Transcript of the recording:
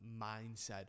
mindset